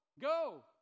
go